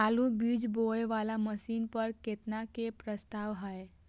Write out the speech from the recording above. आलु बीज बोये वाला मशीन पर केतना के प्रस्ताव हय?